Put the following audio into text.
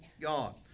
God